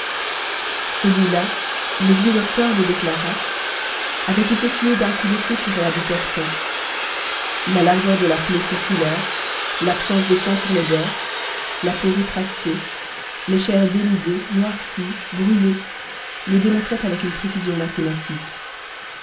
celui-là le vieux docteur le déclara avait été tué d'un coup de feu tiré à bout portant la largeur de la plaie circulaire l'absence de sang sur les bords la peau rétractée les chairs dénudées noircies brûlées le démontraient avec une précision mathématique